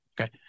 okay